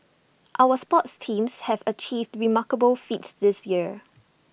our sports teams have achieved remarkable feats this year